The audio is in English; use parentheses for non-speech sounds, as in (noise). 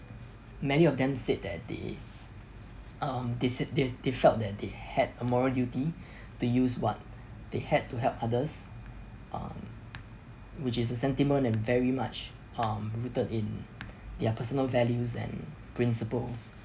many of them said that they um they said they they felt that they had a moral duty (breath) to use what they had to help others um which is a sentiment and very much um rooted in their personal values and principles